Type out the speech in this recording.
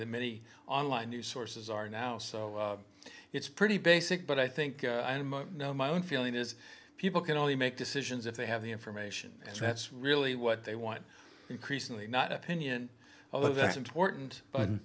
that many online news sources are now so it's pretty basic but i think i know my own feeling is people can only make decisions if they have the information and that's really what they want increasingly not opinion although that's important but